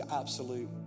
absolute